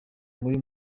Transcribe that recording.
muri